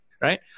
right